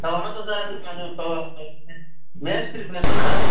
வணக்கம் சார் நான் இப்போ மேஸ்திரி பேசுகிறேன்